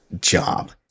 job